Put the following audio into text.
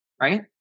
Right